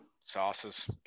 Sauces